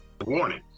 Warning